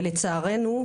ולצערנו,